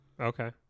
Okay